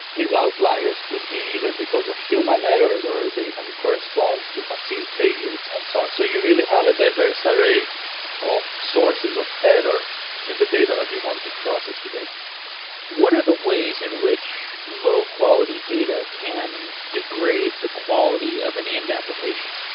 these outliers could be either because of human errors or they then correspond to machine failures and so on. so you really have a diverse ah array of sources of error in the data that you want to process today what are the ways in which low quality data can degrade the quality of an end application?